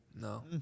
No